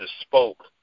spoke